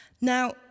Now